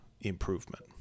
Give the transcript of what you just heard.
improvement